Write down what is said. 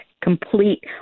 complete